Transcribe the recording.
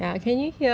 我有